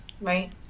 right